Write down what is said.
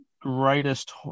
greatest